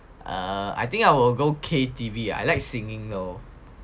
err I think I will go K_T_V I like singing you know